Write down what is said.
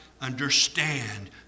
Understand